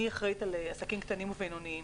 אני אחראית על עסקים קטנים ובינוניים